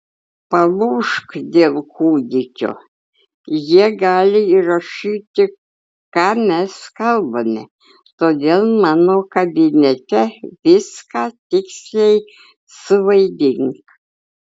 palūžk dėl kūdikio jie gali įrašyti ką mes kalbame todėl mano kabinete viską tiksliai suvaidink